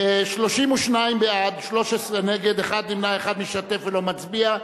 32 בעד, 13 נגד, אחד נמנע, אחד משתתף ולא מצביע.